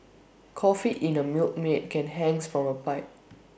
coffee in A Milkmaid can hangs from A pipe